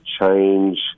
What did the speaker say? change